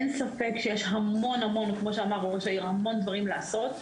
אין ספק שיש המון המון דברים לעשות,